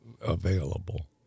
available